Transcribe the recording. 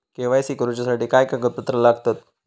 KYC करूच्यासाठी काय कागदपत्रा लागतत?